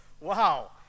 Wow